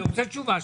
אני רוצה תשובה.